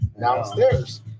downstairs